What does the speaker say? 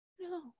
No